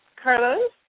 Carlos